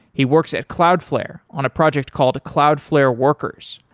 he works at cloudflare on a project called cloudflare workers,